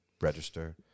register